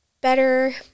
better